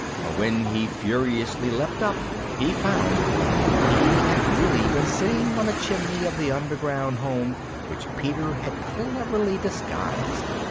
for when he furiously leapt up he found that he had really been sitting on a chimney of the underground home which peter had cleverly disguised.